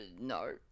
No